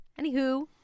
Anywho